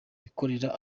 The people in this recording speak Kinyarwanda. bikorera